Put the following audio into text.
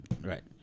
right